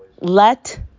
Let